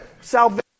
Salvation